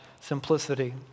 simplicity